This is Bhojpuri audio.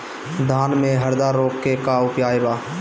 धान में हरदा रोग के का उपाय बा?